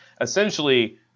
essentially